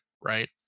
right